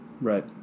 Right